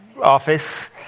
office